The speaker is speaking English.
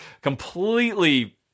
completely